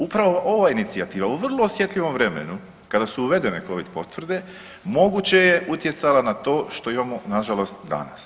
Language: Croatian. Upravo ova inicijativa u vrlo osjetljivom vremenu kada su uvedene Covid potvrde moguće je utjecala na to što imamo nažalost danas.